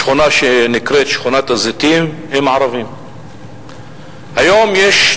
שכונה שנקראת שכונת-הזיתים, הם ערבים.